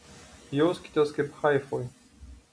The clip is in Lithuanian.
jauskitės kaip haifoj